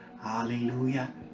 Hallelujah